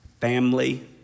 family